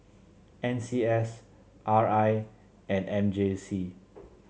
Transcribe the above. N C S R I and M J C